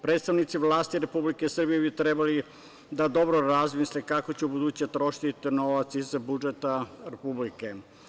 Predstavnici vlasti Republike Srbije bi trebali da dobro razmisle kako će ubuduće trošiti novac iz budžeta Republike.